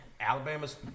Alabama's